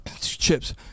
Chips